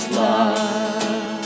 love